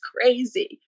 crazy